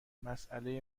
مساله